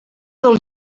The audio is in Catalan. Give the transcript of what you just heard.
del